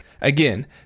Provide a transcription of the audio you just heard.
Again